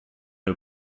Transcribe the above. who